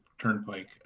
Turnpike